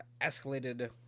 escalated